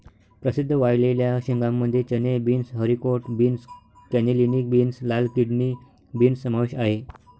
प्रसिद्ध वाळलेल्या शेंगांमध्ये चणे, beans, haricot beans, cannellini beans, लाल किडनी बीन्स समावेश आहे